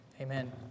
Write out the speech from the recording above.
Amen